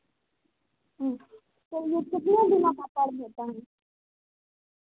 तो वह कितने दिनों का पर्व होता है